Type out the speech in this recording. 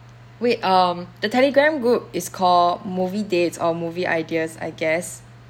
wait um the telegram group is call movie dates or movie ideas I guess